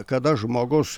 kada žmogus